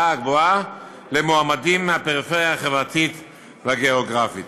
הגבוהה למועמדים מהפריפריה החברתית והגיאוגרפית,